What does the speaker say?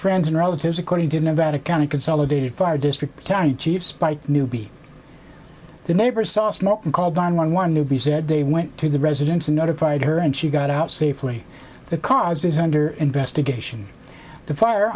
friends and relatives according to nevada county consolidated fire district attorney chief spike newby the neighbor saw smoke and called on one newbie said they went to the residence and notified her and she got out safely the cause is under investigation the fire